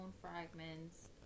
fragments